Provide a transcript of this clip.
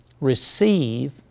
receive